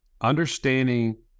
understanding